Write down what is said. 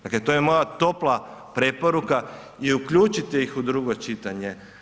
Dakle, to je moja topla preporuka i uključite ih u drugo čitanje.